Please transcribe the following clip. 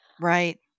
Right